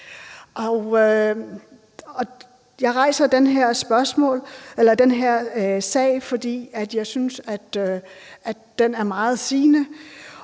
Jeg rejser den her sag, fordi jeg synes, at den er meget sigende,